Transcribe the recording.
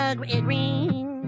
green